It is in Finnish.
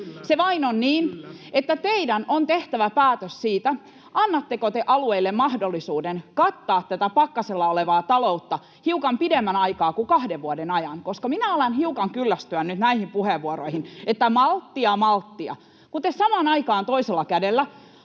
Se vain on niin, että teidän on tehtävä päätös siitä, annatteko te alueille mahdollisuuden kattaa tätä pakkasella olevaa taloutta hiukan pidemmän aikaa kuin kahden vuoden ajan. Minä alan hiukan kyllästyä nyt näihin puheenvuoroihin, että malttia, malttia, kun te samaan aikaan toisella kädellä